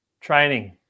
training